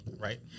Right